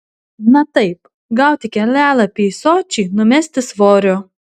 na taip gauti kelialapį į sočį numesti svorio